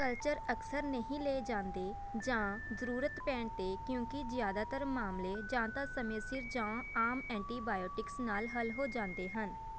culture ਅਕਸਰ ਨਹੀਂ ਲਏ ਜਾਂਦੇ ਜਾਂ ਜ਼ਰੂਰਤ ਪੈਣ 'ਤੇ ਕਿਉਂਕਿ ਜ਼ਿਆਦਾਤਰ ਮਾਮਲੇ ਜਾਂ ਤਾਂ ਸਮੇਂ ਸਿਰ ਜਾਂ ਆਮ ਐਂਟੀਬਾਇਓਟਿਕਸ ਨਾਲ ਹੱਲ ਹੋ ਜਾਂਦੇ ਹਨ